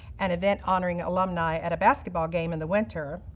an event honoring alumni at a basketball game in the winter,